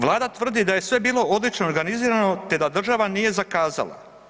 Vlada tvrdi da je sve bilo odlično organizirano, te da država nije zakazala.